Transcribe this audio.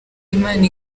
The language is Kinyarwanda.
imana